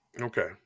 Okay